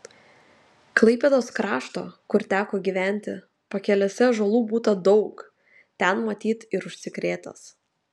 klaipėdos krašto kur teko gyventi pakelėse ąžuolų būta daug ten matyt ir užsikrėtęs